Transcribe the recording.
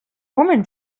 woman